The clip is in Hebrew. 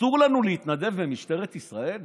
אסור לנו להתנדב במשטרת ישראל?